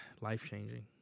life-changing